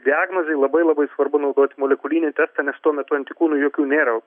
diagnozei labai labai svarbu naudot molekulinį testą nes tuo metu antikūnų jokių nėra